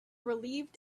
relieved